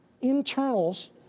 internals